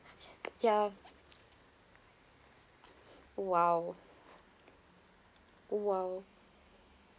ya !wow! !wow!